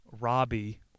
Robbie